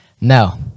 No